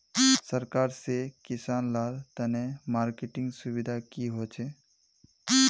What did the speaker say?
सरकार से किसान लार तने मार्केटिंग सुविधा की होचे?